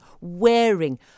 wearing